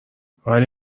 ولی